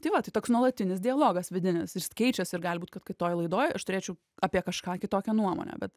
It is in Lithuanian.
tai vat toks nuolatinis dialogas vidinis jis keičiasi ir gali būt kad kitoj laidoj aš turėčiau apie kažką kitokią nuomonę bet